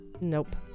Nope